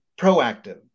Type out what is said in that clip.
proactive